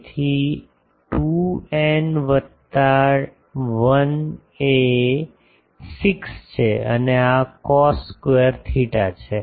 તેથી 2 એન વત્તા 1 એ 6 છે અને આ કોસ સ્ક્વેર થીટા છે